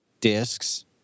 discs